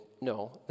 no